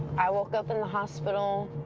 i woke up in the hospital.